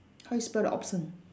how you spell the awesome